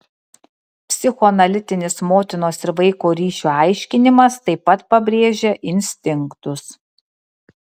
psichoanalitinis motinos ir vaiko ryšio aiškinimas taip pat pabrėžia instinktus